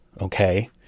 okay